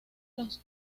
los